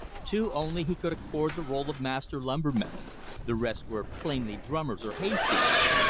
two only he could accord the role of master lumbermen the rest were plainly drummers or hayseeds.